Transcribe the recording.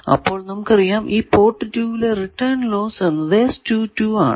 അപ്പോൾ നമുക്കറിയാം ഈ പോർട്ട് 2 ലെ റിട്ടേൺ ലോസ് എന്നത് ആണ്